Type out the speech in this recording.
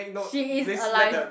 she is alive